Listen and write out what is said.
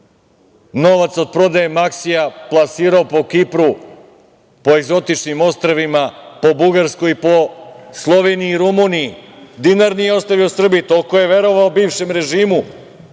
Novac od prodaje „Maksija“ plasirao po Kipru, po egzotičnim ostrvima, po Bugarskoj i po Sloveniji i Rumuniji, dinar nije ostavio Srbiji, toliko je verovao bivšem režimu,